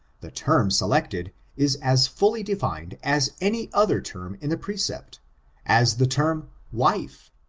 the term selected is as fully defined as any other term in the precept-a as the term wife,